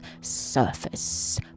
surface